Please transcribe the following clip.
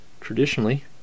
Traditionally